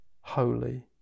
holy